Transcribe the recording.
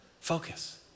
Focus